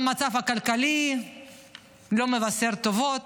גם המצב הכלכלי לא מבשר טובות,